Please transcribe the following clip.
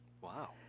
Wow